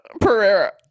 Pereira